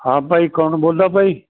ਹਾਂ ਭਾਈ ਕੌਣ ਬੋਲਦਾ ਭਾਈ